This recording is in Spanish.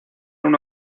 una